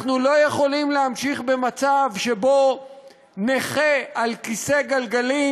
אנחנו לא יכולים להמשיך במצב שבו נכה על כיסא גלגלים,